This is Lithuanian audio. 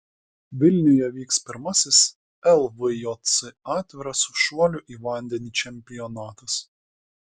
vilniuje vyks pirmasis lvjc atviras šuolių į vandenį čempionatas